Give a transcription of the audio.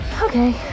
Okay